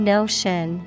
Notion